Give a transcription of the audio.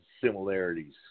similarities